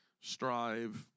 strive